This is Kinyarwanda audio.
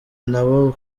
nabo